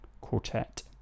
quartet